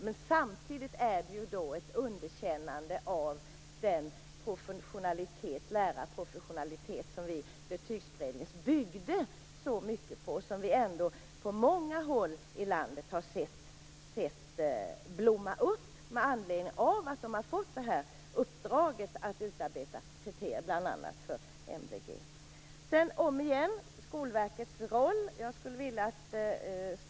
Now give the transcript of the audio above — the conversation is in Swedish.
Men det är ju ändå ett underkännande av den lärarprofessionalitet som vi i Betygsberedningen byggde så mycket på och som vi ändå på många håll i landet har sett blomma upp med anledning av att lärarna har fått uppdraget att utarbeta kriterier bl.a. Sedan till frågan om Skolverkets roll.